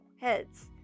heads